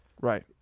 Right